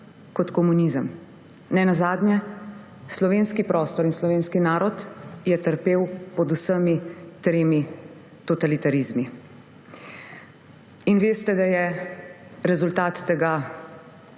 kot komunizem. Nenazadnje je slovenski prostor in slovenski narod trpel pod vsemi tremi totalitarizmi. Veste, da je rezultat tega,